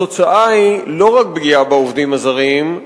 התוצאה היא לא רק פגיעה בעובדים הזרים,